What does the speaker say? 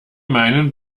meinen